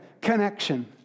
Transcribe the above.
connection